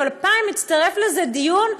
אבל הפעם הצטרף לזה דיון,